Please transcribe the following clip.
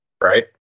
right